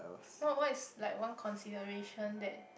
what what is like one consideration that